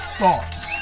thoughts